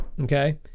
okay